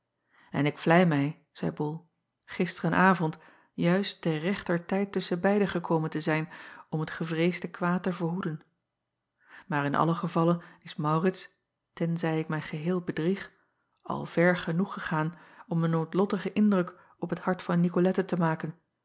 n ik vlei mij zeî ol gisteren avond juist ter rechter tijd tusschen beiden gekomen te zijn om het gevreesde kwaad te verhoeden aar in allen gevalle is aurits tenzij ik mij geheel bedrieg al ver genoeg gegaan om een noodlottigen indruk op het hart van icolette te maken